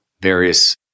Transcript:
various